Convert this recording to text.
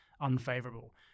unfavorable